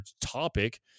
topic